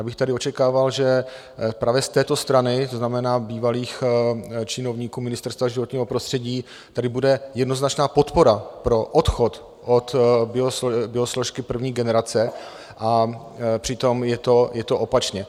Já bych tady očekával, že právě z této strany, to znamená bývalých činovníků Ministerstva životního prostředí, tady bude jednoznačná podpora pro odchod od biosložky první generace, a přitom je to opačně.